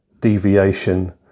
deviation